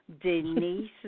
Denise